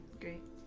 Great